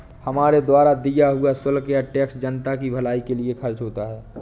हमारे द्वारा दिया हुआ शुल्क या टैक्स जनता की भलाई के लिए खर्च होता है